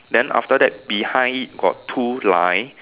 then after that behind it got two line